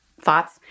Thoughts